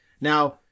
Now